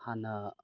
ꯍꯥꯟꯅ